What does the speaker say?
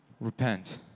repent